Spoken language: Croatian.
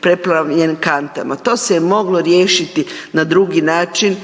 preplavljen kantama. To se je moglo riješiti na drugi način